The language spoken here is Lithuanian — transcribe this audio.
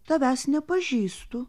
tavęs nepažįstu